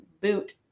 boot